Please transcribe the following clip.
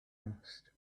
asked